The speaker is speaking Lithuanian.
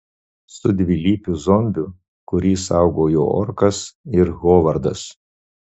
su dvilypiu zombiu kurį saugojo orkas ir hovardas